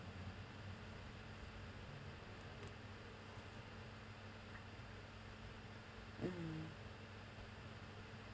mm